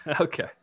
Okay